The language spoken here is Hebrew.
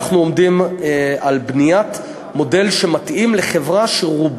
אנחנו עומדים על בניית מודל שמתאים לחברה שרוב